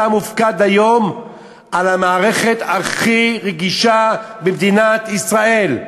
אתה מופקד היום על המערכת הכי רגישה במדינת ישראל,